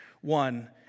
one